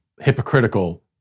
hypocritical